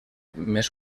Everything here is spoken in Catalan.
més